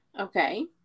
Okay